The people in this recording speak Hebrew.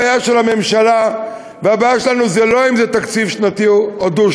לכן הבעיה של הממשלה והבעיה שלנו זה לא אם זה תקציב שנתי או דו-שנתי,